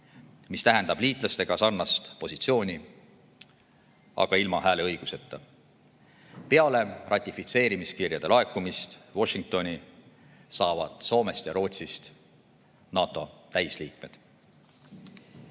mis tähendab liitlastega sarnast positsiooni, aga ilma hääleõiguseta. Peale ratifitseerimiskirjade laekumist Washingtoni saavad Soomest ja Rootsist NATO täisliikmed.